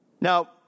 Now